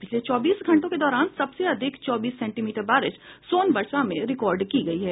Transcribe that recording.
पिछले चौबीस घंटों के दौरान सबसे अधिक चौबीस सेंटीमीटर बारिश सोनवर्षा में रिकॉर्ड की गयी है